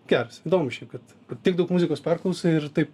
geras įdomu šiaip kad tiek daug muzikos perklausai ir taip